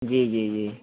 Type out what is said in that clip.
जी जी जी